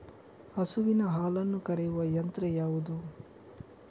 ಹಸುವಿನ ಹಾಲನ್ನು ಕರೆಯುವ ಯಂತ್ರ ಯಾವುದು?